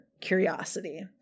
curiosity